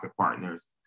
partners